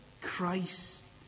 Christ